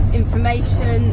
information